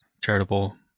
charitable